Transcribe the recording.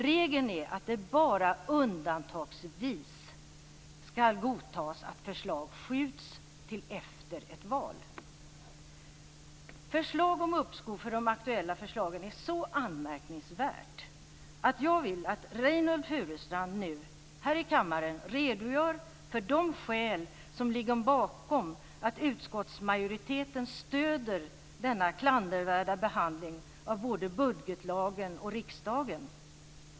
Regeln är att det bara undantagsvis skall godtas att förslag skjuts till efter ett val. Förslag om uppskov av de aktuella förslagen är så anmärkningsvärt att jag vill att Reynoldh Furustrand nu här i kammaren redogör för de skäl som ligger bakom att utskottsmajoriteten stöder denna klandervärda behandling av både budgetlagen och riksdagen.